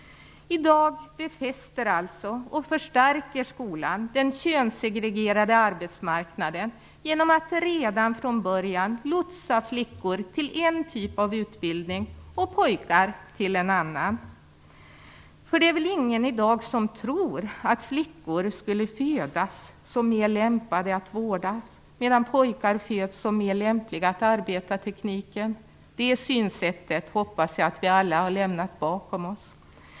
I dag befäster alltså och förstärker skolan den könssegregerade arbetsmarknaden genom att redan från början lotsa flickor till en typ av utbildning och pojkar till en annan. För det är väl ingen i dag som tror att flickor skulle födas som mer lämpade att vårda, medan pojkar föds som mer lämpade att arbeta med tekniken. Det synsättet hoppas jag att vi alla har lämnat bakom oss.